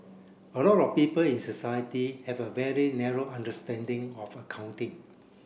a lot of people in society have a very narrow understanding of accounting